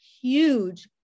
huge